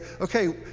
okay